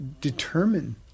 determine